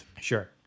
Sure